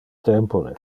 tempore